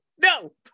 no